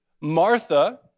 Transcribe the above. Martha